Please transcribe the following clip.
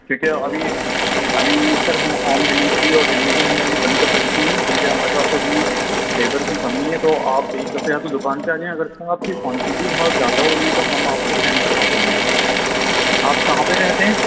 ٹھیک ہے ابھی ابھی سر ہم ہوم ڈلیوری اور ڈلیوری ہم نے ابھی بند کر رکھی ہے کیونکہ ہمارے پاس ابھی لیبر کی کمی ہے تو آپ ایک دفعہ یا تو دکان پہ آجائیں اگر آپ کی کوانٹٹی بہت زیادہ ہوگی تو ہم آپ کو سینڈ کروا دیں گے آپ کہاں پہ رہتے ہیں